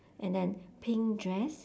and then pink dress